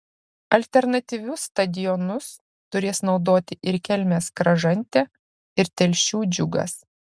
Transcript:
alternatyvius stadionus turės naudoti ir kelmės kražantė ir telšių džiugas